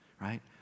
right